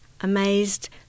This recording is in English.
amazed